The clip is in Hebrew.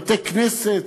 בתי-כנסת.